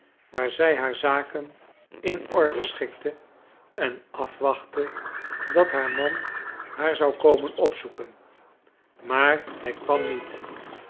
waar zij haar zaken in orde schikte en afwachtte dat haar man haar zou komen opzoeken maar hij kwam niet